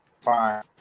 fine